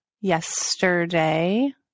yesterday